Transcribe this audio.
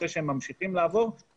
אחרי שהם ממשיכים ---,